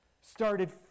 started